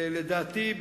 לדעתי,